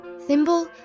Thimble